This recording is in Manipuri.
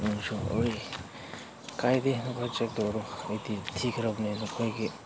ꯀꯥꯏꯗꯦ ꯅꯪ ꯋꯥꯆꯞ ꯇꯧꯔꯣ ꯑꯩꯗꯤ ꯊꯤꯈ꯭ꯔꯕꯅꯤ ꯅꯈꯣꯏꯒꯤ